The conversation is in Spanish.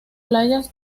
playas